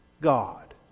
God